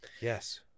Yes